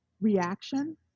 reaction